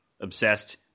obsessed